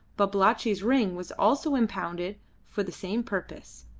babalatchi's ring was also impounded for the same purpose,